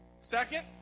Second